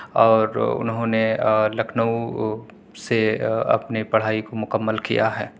اور انہوں نے لکھنؤ سے اپنی پڑھائی کو مکمل کیا ہے